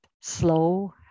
slow